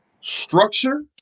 structure